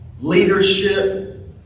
leadership